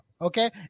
okay